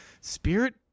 spirit